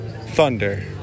Thunder